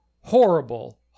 horrible